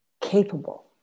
capable